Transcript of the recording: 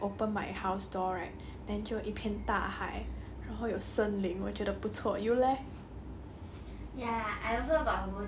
angmoh country then like when I open my house door right then 就一片大海然后有深林我觉得不错 you leh